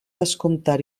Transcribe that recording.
descomptar